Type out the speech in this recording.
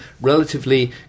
relatively